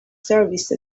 service